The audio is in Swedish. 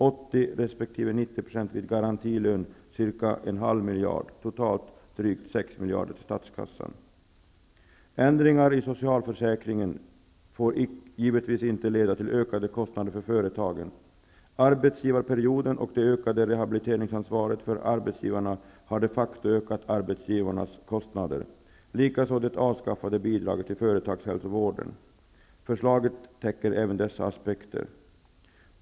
Det innebär totalt drygt 6 miljarder till statskassan. Ändringar i socialförsäkringen får givetvis inte leda till ökade kostnader för företagen. Arbetsgivarperioden och det ökade rehabiliteringsansvaret för arbetsgivarna har de facto ökat arbetsgivarnas kostnader, likaså det avskaffade bidraget till företagshälsovården. I vårt förslag beaktas även dessa aspekter.